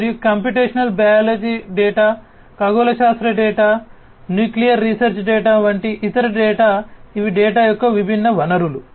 మరియు computational biology data ఖగోళ శాస్త్ర డేటా న్యూక్లియర్ రీసెర్చ్ డేటా వంటి ఇతర డేటా ఇవి డేటా యొక్క విభిన్న వనరులు